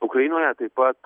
ukrainoje taip pat